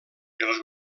els